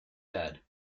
dad